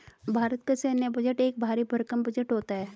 भारत का सैन्य बजट एक भरी भरकम बजट होता है